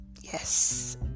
Yes